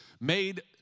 made